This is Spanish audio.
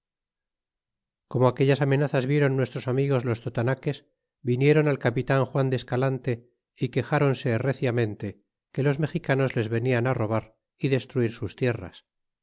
como aquellas amenazas vieron nuestros amigos los totonaques vinieron al capitan juan de escalante é quejáronse reciamente que los mexicanos les venian robar y destruir sus tierras